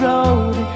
Road